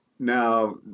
Now